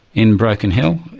in broken hill,